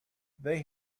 they